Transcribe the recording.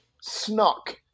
snuck